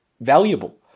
valuable